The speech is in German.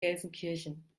gelsenkirchen